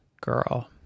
girl